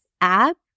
app